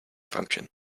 function